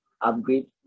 upgrade